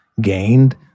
Gained